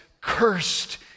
Cursed